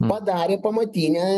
padarė pamatinę